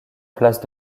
place